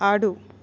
ఆడు